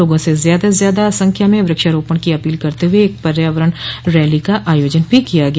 लोगों से ज्यादा से ज्यादा संख्या में वृक्षारोपण की अपील करते हुए एक पर्यावरण रैली का आयोजन किया गया